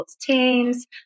teams